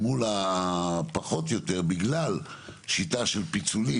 אם מדברים על רצון לפתור בעיה עקרונית הדבר הנכון הוא